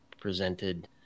presented